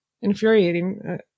infuriating